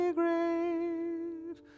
grave